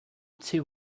too